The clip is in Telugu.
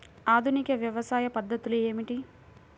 ఆధునిక వ్యవసాయ పద్ధతులు ఏమిటి?